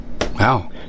wow